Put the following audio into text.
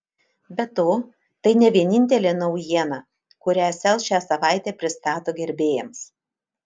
be to tai ne vienintelė naujiena kurią sel šią savaitę pristato gerbėjams